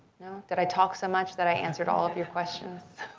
did i talk so much that i answered all of your questions?